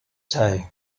tie